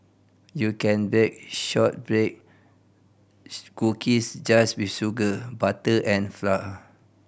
you can bake shortbread cookies just with sugar butter and flour